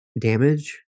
damage